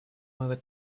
mother